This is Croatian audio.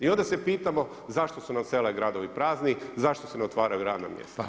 I onda se pitamo zašto su nam sela i gradovi prazni, zašto se ne otvaraju radna mjesta.